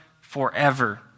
forever